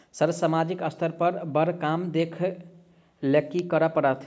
Sir सामाजिक स्तर पर बर काम देख लैलकी करऽ परतै?